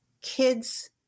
kids